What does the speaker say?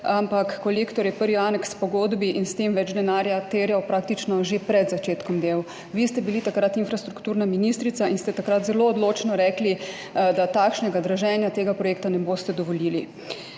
ampak Kolektor je prvi aneks k pogodbi in s tem več denarja terjal praktično že pred začetkom del. Vi ste bili takrat infrastrukturna ministrica in ste takrat zelo odločno rekli, da takšnega draženja tega projekta ne boste dovolili.